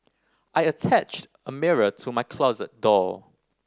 I attached a mirror to my closet door